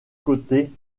côté